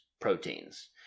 proteins